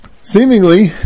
seemingly